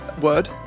word